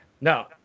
No